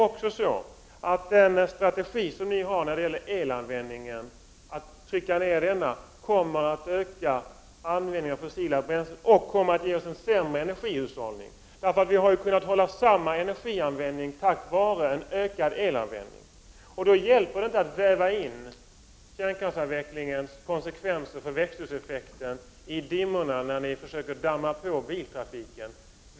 Men den strategi som regeringen har när det gäller elanvändningen, dvs. att trycka ned den, kommer att öka användningen av fossila bränslen och kommer att ge oss en sämre energihushållning. Vi har ju kunnat hålla samma nivå på energianvändningen tack vare en ökad elanvändning. Då hjälper det inte att väva in kärnkraftsavvecklingens konsekvenser för växthuseffekten i dimmorna när ni försöker ”damma på” biltrafiken.